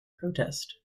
protest